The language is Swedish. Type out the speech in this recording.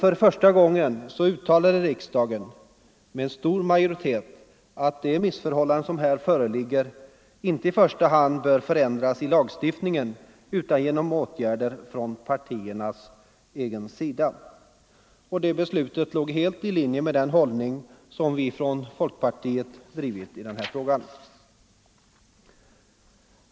För första gången uttalade riksdagen — med stor majoritet — att de missförhållanden, som här föreligger, inte i första hand bör ändras genom lagstiftning utan genom åtgärder från partiernas egen sida. Det beslutet låg helt i linje med den hållning som vi från folkpartiet intagit i den här frågan.